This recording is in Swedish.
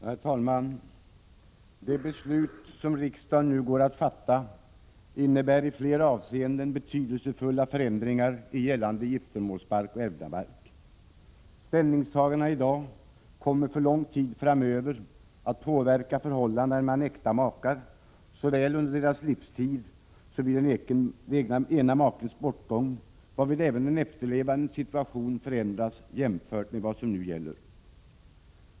Herr talman! De beslut som riksdagen nu går att fatta innebär i flera avseenden betydelsefulla förändringar i gällande giftermålsbalk och ärvdabalk. Ställningstagandena i dag kommer för lång tid framöver att påverka förhållandena mellan äkta makar såväl under deras livstid som vid den ene makens bortgång, varvid även de efterlevandes situation förändras, jämfört med vad som nu gäller.